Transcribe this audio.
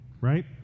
Right